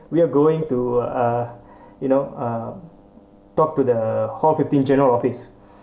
we're going to uh you know uh talk to the hall fifteen general office